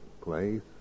place